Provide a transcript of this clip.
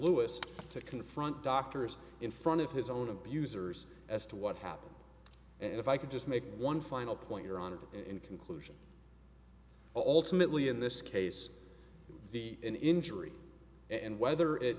lewis to confront doctors in front of his own of users as to what happened and if i could just make one final point your honor in conclusion alternately in this case the injury and whether it